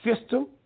system